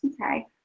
Okay